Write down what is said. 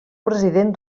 president